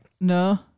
no